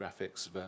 graphics